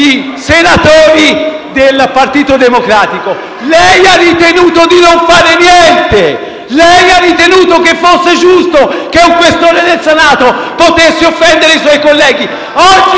senatori del Partito Democratico. Lei ha ritenuto di non fare niente. Lei ha ritenuto che fosse giusto che un Questore del Senato potesse offendere i suoi colleghi. Oggi